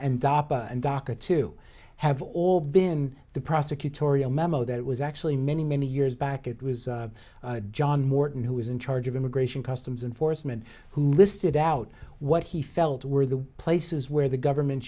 dr to have all been the prosecutorial memo that was actually many many years back it was john morton who was in charge of immigration customs enforcement who listed out what he felt were the places where the government